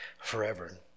forever